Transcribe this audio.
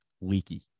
leaky